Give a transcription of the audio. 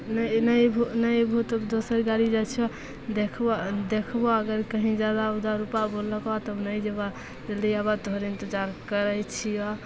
नहि नहि अएबहो नहि अएबहो तब दोसर गाड़ी जाइ छिअऽ देखबऽ देखबऽ अगर कहीँ जादा उदा रुपा बोललकै तब नहि जेबऽ जल्दी आबऽ तोहरे इन्तजार करै छिअऽ